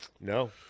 No